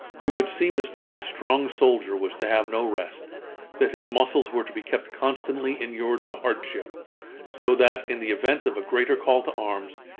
it would seem as though this strong soldier was to have no rest that his muscles were to be kept constantly inured to hardship so that, in the event of a greater call to arms,